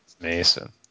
Mason